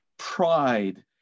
pride